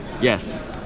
Yes